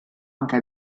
anche